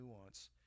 nuance